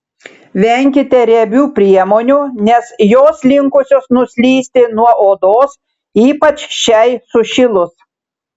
venkite riebių priemonių nes jos linkusios nuslysti nuo odos ypač šiai sušilus